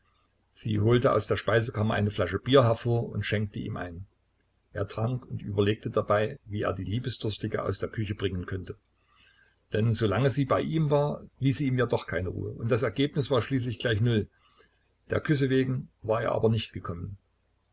sie holte aus der speisekammer eine flasche bier hervor und schenkte ihm ein er trank und überlegte dabei wie er die liebesdurstige aus der küche bringen könnte denn solange sie bei ihm war ließ sie ihm ja doch keine ruhe und das ergebnis war schließlich gleich null der küsse wegen war er aber nicht gekommen